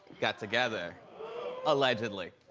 got together allegedly.